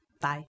Bye